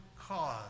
cause